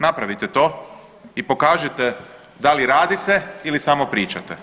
Napravite to i pokažite da li radite ili samo pričate.